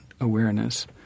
awareness